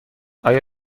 آیا